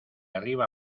arriba